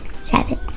Seven